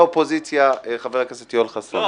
לשמוע את יושב-ראש הקואליציה חבר הכנסת דודי אמסלם.